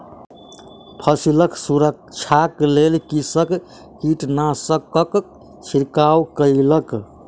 फसिलक सुरक्षाक लेल कृषक कीटनाशकक छिड़काव कयलक